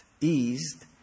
eased